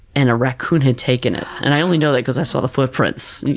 and a racoon had taken it. and i only know that because i saw the footprints,